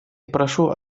прошу